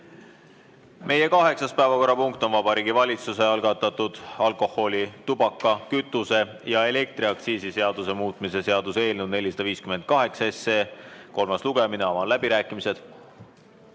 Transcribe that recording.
Meie kaheksas päevakorrapunkt on Vabariigi Valitsuse algatatud alkoholi‑, tubaka‑, kütuse‑ ja elektriaktsiisi seaduse muutmise seaduse eelnõu 458 kolmas lugemine. Avan läbirääkimised.